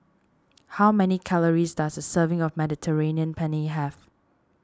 how many calories does a serving of Mediterranean Penne have